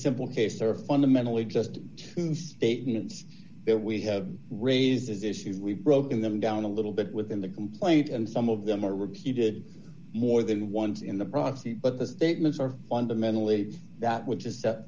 simple case or fundamentally just two statements there we have raises issues we've broken them down a little bit within the complaint and some of them are repeated more than once in the proxy but the statements are fundamentally that which is